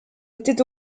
était